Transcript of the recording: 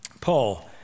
Paul